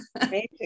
Amazing